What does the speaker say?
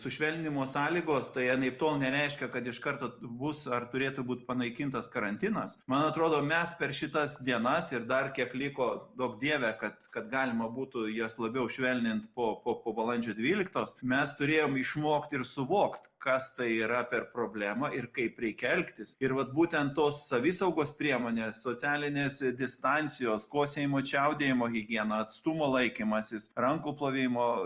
sušvelninimo sąlygos tai anaiptol nereiškia kad iš karto bus ar turėtų būt panaikintas karantinas man atrodo mes per šitas dienas ir dar kiek liko duok dieve kad kad galima būtų jas labiau švelnint po po po balandžio dvyliktos mes turėjom išmokti ir suvokt kas tai yra per problema ir kaip reikia elgtis ir vat būtent tos savisaugos priemonė socialinės distancijos kosėjimo čiaudėjimo higiena atstumo laikymasis rankų plovimo